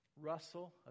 Russell